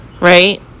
right